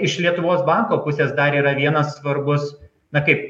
iš lietuvos banko pusės dar yra vienas svarbus na kaip